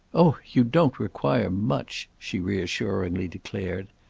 oh you don't require much! she reassuringly declared.